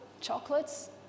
chocolates